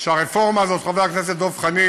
חבר הכנסת דב חנין,